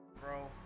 Bro